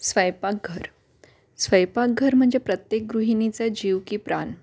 स्वयंपाकघर स्वयंपाकघर म्हणजे प्रत्येक गृहिणीचा जीव की प्राण